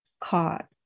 caught